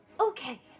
Okay